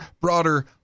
broader